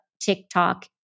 TikTok